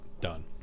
done